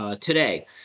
today